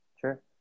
Sure